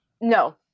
No